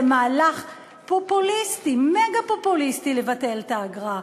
זה מהלך פופוליסטי, מגה-פופוליסטי, לבטל את האגרה.